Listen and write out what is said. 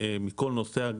מכל נוסע,